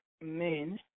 men